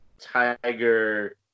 Tiger